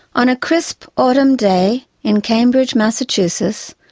on a crisp autumn day in cambridge massachusetts,